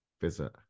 visit